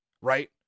right